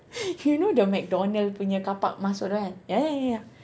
you know the McDonald's punya carpark masuk right ya ya ya ya